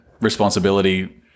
responsibility